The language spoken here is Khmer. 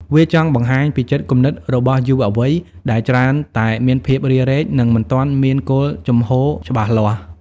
វាចង់បង្ហាញពីចិត្តគំនិតរបស់យុវវ័យ ដែលច្រើនតែមានភាពរារែក និងមិនទាន់មានគោលជំហរច្បាស់លាស់។